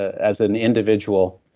as an individual.